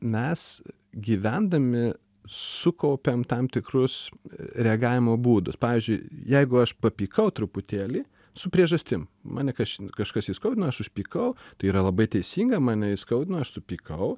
mes gyvendami sukaupiam tam tikrus reagavimo būdus pavyzdžiui jeigu aš papykau truputėlį su priežastim mane kaž kažkas įskaudino aš užpykau tai yra labai teisinga mane įskaudino aš supykau